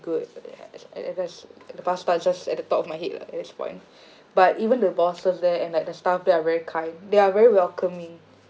good at and that's and the pasta is just at the top of my head at this point but even the bosses there and like the staff there are very kind they are very welcoming